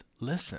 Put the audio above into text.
listen